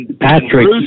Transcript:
Patrick